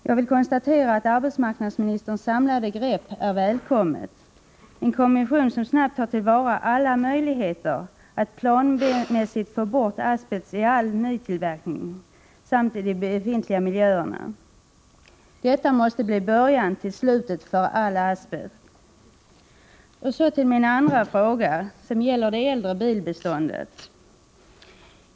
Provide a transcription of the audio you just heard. Jag vill konstatera att arbetsmarknadsministerns samlade grepp är välkommet — en kommission som snabbt tar till vara alla möjligheter att planmässigt få bort asbest i all nytillverkning samt i de befintliga miljöerna. Det måste bli början till slutet för all asbest. Så till min andra fråga, som gäller det äldre bilbeståndet.